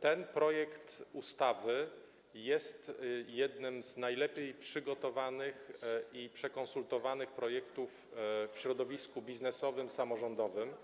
ten projekt ustawy jest jednym z najlepiej przygotowanych i przekonsultowanych projektów w środowisku biznesowym, samorządowym.